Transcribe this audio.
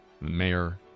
Mayor